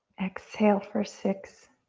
exhale for six,